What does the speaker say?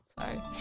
Sorry